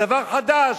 דבר חדש.